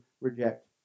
reject